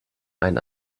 einen